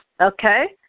Okay